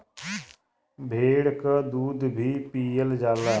भेड़ क दूध भी पियल जाला